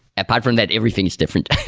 apart from that, everything is different.